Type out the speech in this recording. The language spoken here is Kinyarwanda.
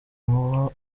mubo